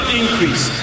increase